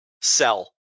sell